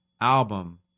album